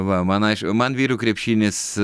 va man aišku man vyrų krepšinis